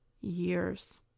years